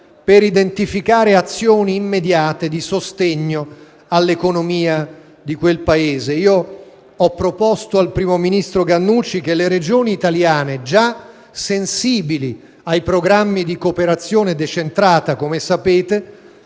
per identificare azioni immediate di sostegno all'economia di quel Paese. Ho proposto al primo ministro Ghannouchi che le Regioni italiane, come sapete, già sensibili ai programmi di cooperazione decentrata, possano